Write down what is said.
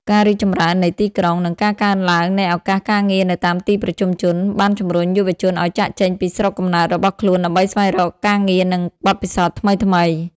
ការរីកចម្រើននៃទីក្រុង និងការកើនឡើងនៃឱកាសការងារនៅតាមទីប្រជុំជន បានជំរុញយុវជនឱ្យចាកចេញពីស្រុកកំណើតរបស់ខ្លួន ដើម្បីស្វែងរកការងារ និងបទពិសោធន៍ថ្មីៗ។